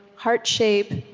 heart shape,